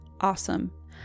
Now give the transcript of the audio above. awesome